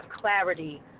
clarity